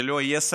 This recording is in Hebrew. זה לא סביר,